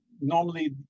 normally